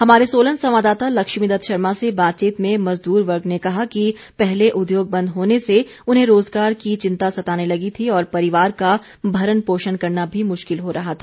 हमारे सोलन संवाददाता लक्ष्मी दत्त शर्मा से बातचीत में मजदूर वर्ग ने कहा कि पहले उद्योग बंद होने से उन्हें रोजगार की चिंता सताने लगी थी और परिवार का भरण पोषण करना भी मुश्किल हो रहा था